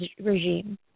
regime